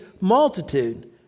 multitude